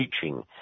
teaching